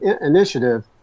initiative